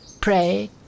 Pray